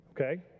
Okay